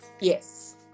Yes